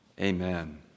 Amen